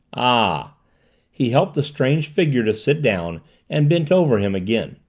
ah he helped the strange figure to sit down and bent over him again.